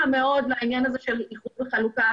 מאוד לעניין הזה של איחוד וחלוקה,